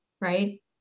right